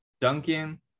Duncan